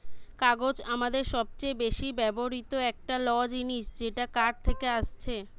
কাগজ আমাদের সবচে বেশি ব্যবহৃত একটা ল জিনিস যেটা কাঠ থেকে আসছে